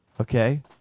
Okay